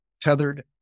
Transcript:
tethered